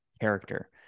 character